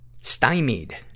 Stymied